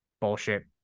bullshit